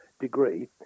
degree